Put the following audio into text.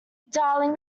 darling